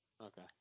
Okay